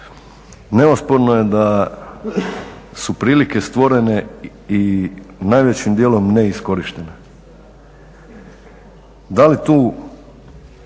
neosporno je da su prilike stvorene i najvećim dijelom neiskorištene.